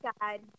God